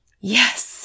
Yes